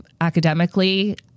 academically